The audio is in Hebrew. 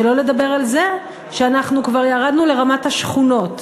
שלא לדבר על זה שאנחנו כבר ירדנו לרמת השכונות.